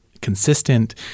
consistent